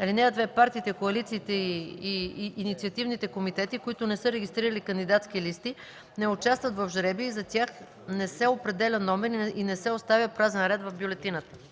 (2) Партиите, коалициите и инициативните комитети, които не са регистрирали кандидатски листи, не участват в жребия и за тях не се определя номер и не се оставя празен ред в бюлетината.”